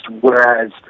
whereas